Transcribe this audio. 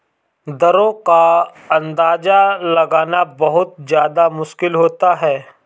दरों का अंदाजा लगाना बहुत ज्यादा मुश्किल होता है